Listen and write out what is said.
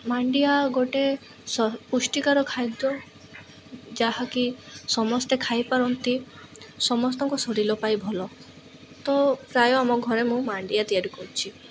ମାଣ୍ଡିଆ ଗୋଟେ ପୁଷ୍ଟିକର ଖାଦ୍ୟ ଯାହାକି ସମସ୍ତେ ଖାଇପାରନ୍ତି ସମସ୍ତଙ୍କ ଶରୀର ପାଇଁ ଭଲ ତ ପ୍ରାୟ ଆମ ଘରେ ମୁଁ ମାଣ୍ଡିଆ ତିଆରି କରୁଛି